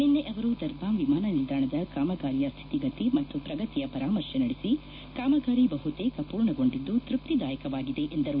ನಿನ್ನೆ ಅವರು ದರ್ಬಾಂಗ್ ವಿಮಾನ ನಿಲ್ಲಾಣದ ಕಾಮಗಾರಿಯ ಸ್ಥಿತಿಗತಿ ಮತ್ತು ಪ್ರಗತಿಯ ಪರಾಮರ್ಶೆ ನಡೆಸಿ ಕಾಮಗಾರಿ ಬಹುತೇಕ ಪೂರ್ಣಗೊಂಡಿದ್ಲು ತೃಪ್ಲಿದಾಯಕವಾಗಿದೆ ಎಂದರು